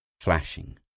flashing